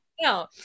No